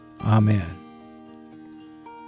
Amen